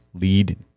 lead